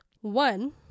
One